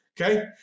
Okay